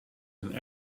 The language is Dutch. een